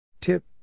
Tip